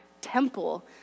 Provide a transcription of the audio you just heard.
temple